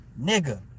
Nigga